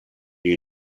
you